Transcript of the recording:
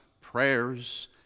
prayers